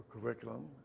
curriculum